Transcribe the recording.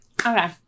Okay